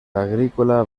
agrícola